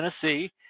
Tennessee